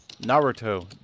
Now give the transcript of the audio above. Naruto